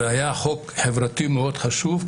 זה היה חוק חברתי מאוד חשוב,